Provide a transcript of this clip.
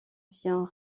vient